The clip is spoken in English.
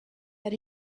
that